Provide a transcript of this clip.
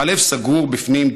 // הלב סגור בפנים,